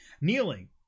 Kneeling